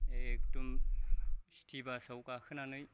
एकदम चिटि बासआव गाखोनानै